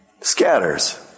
scatters